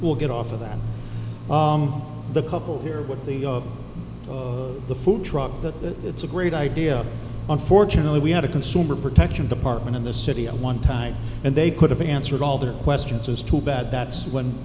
we'll get off of that the couple here with the food truck that it's a great idea unfortunately we had a consumer protection department in the city at one time and they could have answered all the questions too bad that's when